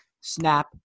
snap